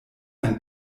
ein